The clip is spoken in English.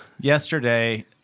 Yesterday